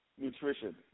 nutrition